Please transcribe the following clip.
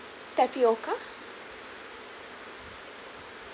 tapioca